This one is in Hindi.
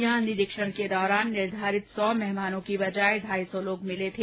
यहां निरीक्षण के दौरान निर्धारित सौ मेहमानों की बजाय ढाई सौ लोग मिले थे